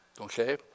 okay